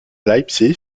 leipzig